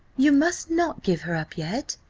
you must not give her up yet,